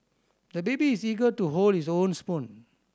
the baby is eager to hold his own spoon